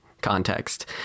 context